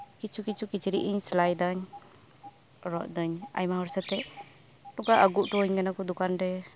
ᱠᱤᱪᱷᱩ ᱠᱤᱪᱷᱩ ᱠᱤᱪᱨᱤᱡ ᱤᱧ ᱥᱮᱞᱟᱭᱫᱟᱹᱧ ᱨᱚᱜᱫᱟᱹᱧ ᱟᱭᱢᱟᱦᱚᱲ ᱥᱟᱛᱮᱜ ᱱᱚᱠᱟ ᱟᱹᱜᱩ ᱩᱴᱩᱣᱟᱹᱧ ᱠᱟᱱᱟᱠᱩ ᱫᱚᱠᱟᱱ ᱨᱮ